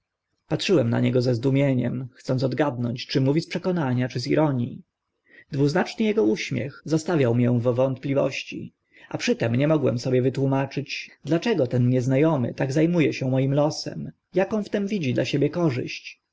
patrzyłem na niego ze zdumieniem chcąc odgadnąć czy mówi z przekonania czy z ironii dwuznaczny ego uśmiech zostawiał mię w wątpliwości a przy tym nie mogłem sobie wytłumaczyć dlaczego ten niezna omy tak za mu e się moim losem aką w tym widzi dla siebie korzyść